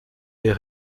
est